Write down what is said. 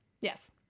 Yes